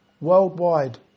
worldwide